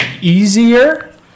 easier